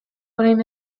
orain